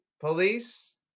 police